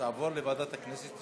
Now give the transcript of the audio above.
תעבור לוועדת הכנסת,